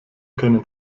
können